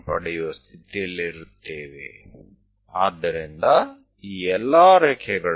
તો આ બધી લીટીઓને લંબાવો